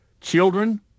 children